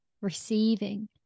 receiving